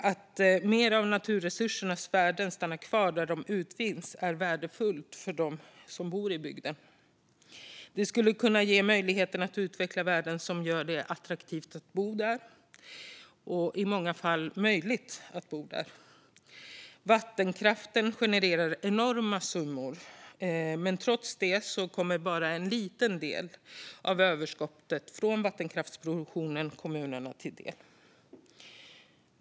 Att mer av naturresursernas värden stannar kvar där de utvinns är värdefullt för dem som bor i bygden. Detta skulle kunna ge möjlighet att utveckla värden som gör det attraktivt - och i många fall möjligt - att bo där. Vattenkraften genererar enorma summor, men trots detta kommer bara en liten del av överskottet från vattenkraftsproduktionen kommunerna till del.